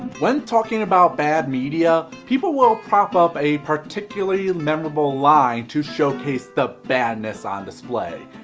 when talking about bad media, people will prop up a particularly memorable line to showcase the badness on display.